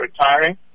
retiring